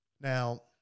Now